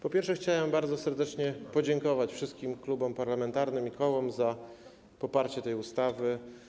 Po pierwsze, chciałem bardzo serdecznie podziękować wszystkim klubom parlamentarnym i kołom za poparcie tej ustawy.